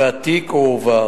והתיק הועבר.